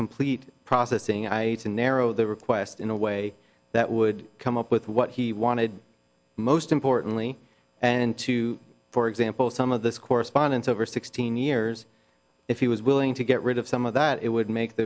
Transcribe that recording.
complete processing i can narrow the request in a way that would come up with what he wanted most importantly and to for example some of this correspondence over sixteen years if he was willing to get rid of some of that it would make